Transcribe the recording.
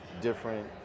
different